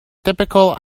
typical